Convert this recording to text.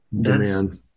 demand